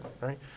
Right